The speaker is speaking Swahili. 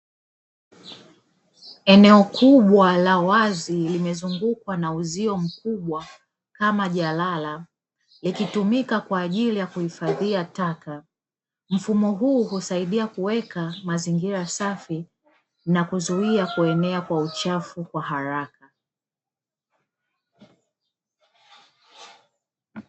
Eneo kubwa la wazi limezungukwa na uzio mkubwa kama jalala likitumika kwa ajili ya kuhifadhia taka, mfumo huu husaidia kuweka mazingira safi na kuzuia kuenea kwa uchafu kwa haraka.